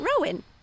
Rowan